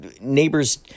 neighbors